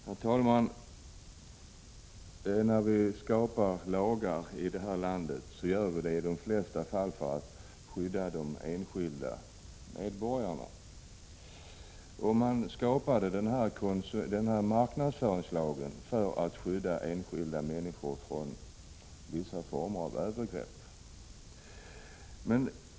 Herr talman! När vi stiftar lagar i vårt land gör vi det i de flesta fall för att skydda de enskilda medborgarna. Marknadsföringslagen tillkom därför att man ville skydda enskilda människor från vissa former av övergrepp.